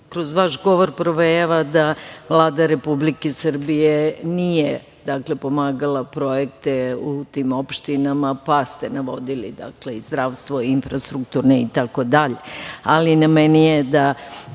vaš govor provejava da Vlada Republike Srbije nije pomagala projekte u tim opštinama, pa ste navodili i zdravstvo, infrastrukturne, ali na meni je da